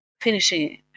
finishing